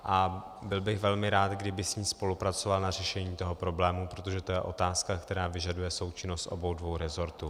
A byl bych velmi rád, kdyby s ní spolupracoval na řešení toho problému, protože to je otázka, která vyžaduje součinnost obou dvou resortů.